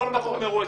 הכול מכור מראש.